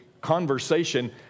Conversation